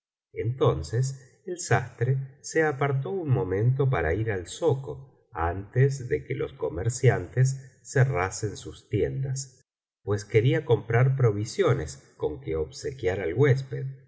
entonces el sastre se apartó un momento para ir al zoco antes de que los comerciantes cerrasen sus tiendas pues quería comprar provisiones on que obsequiar al huésped